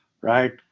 right